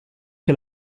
che